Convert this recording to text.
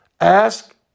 Ask